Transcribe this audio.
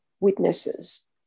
witnesses